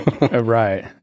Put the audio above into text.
Right